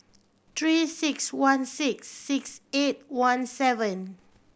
Three Six One six six eight one seven